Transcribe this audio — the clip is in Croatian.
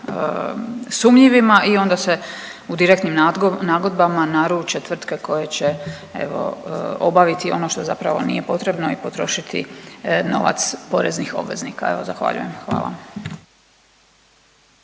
sumnjivima i onda se u direktnim nagodbama naruče tvrtke koje će evo obaviti ono što zapravo nije potrebno i potrošiti novac poreznih obveznika. Evo zahvaljujem. Hvala.